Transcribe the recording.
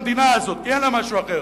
במקום הזה,